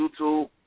YouTube